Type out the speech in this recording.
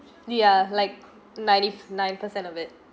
ya like ninety nine percent of it